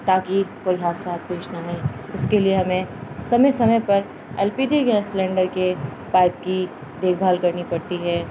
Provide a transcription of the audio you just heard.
تاکہ کوئی حادثات پیش نہ نہیں اس کے لیے ہمیں سمے سمے پر L P G gas cylinder کے پائپ کی دیکھ بھال کرنی پڑتی ہے